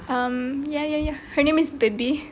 um ya ya ya her name is baby